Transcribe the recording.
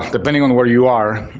ah depending on where you are,